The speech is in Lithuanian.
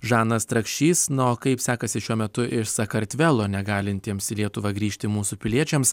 žanas strakšys na o kaip sekasi šiuo metu iš sakartvelo negalintiems į lietuvą grįžti mūsų piliečiams